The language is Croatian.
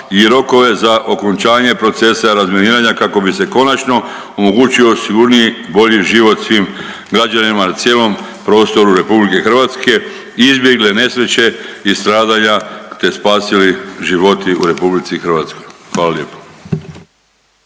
i rokove za okončanje procesa razminiranja kako bi konačno omogućio sigurniji i bolji život svim građanima na cijelom prostoru RH i izbjegle nesreće i stradanja, te spasili životi u RH, hvala lijepo.